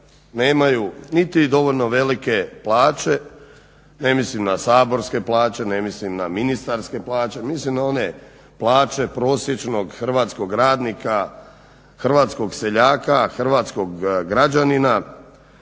nemaju niti dovoljno velike plaće, ne mislim na saborske plaće, ne mislim na ministarske plaće, mislim na one plaće prosječnog hrvatskog radnika, hrvatskog seljaka, hrvatskog građanina,